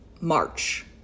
March